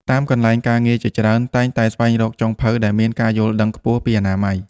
តាមកន្លែងការងារជាច្រើនតែងតែស្វែងរកចុងភៅដែលមានការយល់ដឹងខ្ពស់ពីអនាម័យ។